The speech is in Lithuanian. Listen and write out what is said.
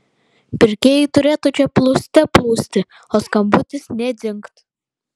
pirkėjai turėtų čia plūste plūsti o skambutis nė dzingt